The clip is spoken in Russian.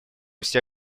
все